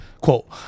quote